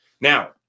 Now